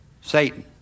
Satan